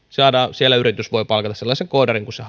siellä yritys voi palkata sellaisen koodarin kuin se